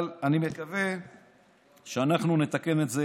אבל אני מקווה שאנחנו נתקן את זה